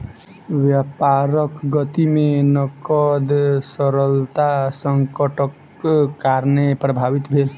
व्यापारक गति में नकद तरलता संकटक कारणेँ प्रभावित भेल